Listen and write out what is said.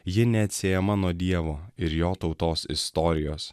ji neatsiejama nuo dievo ir jo tautos istorijos